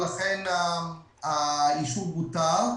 ולכן האישור בוטל.